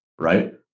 right